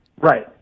Right